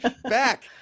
back